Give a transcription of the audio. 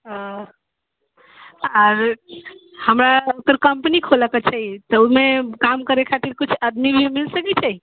ओ आर हमरा अपन कम्पनी खोलयके छै तऽ ओहिमे काम करयके खातिर किछु आदमी हमरा मिल सकैत छै